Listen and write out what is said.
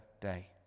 day